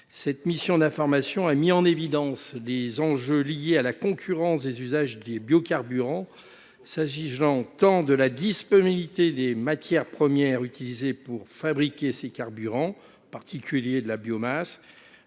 Cette mission a mis en évidence les enjeux liés à la concurrence des usages des biocarburants, s’agissant tant de la disponibilité des matières premières utilisées pour fabriquer ces carburants, en particulier la biomasse,